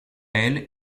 elle